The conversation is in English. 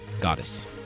goddess